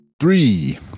Three